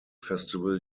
festival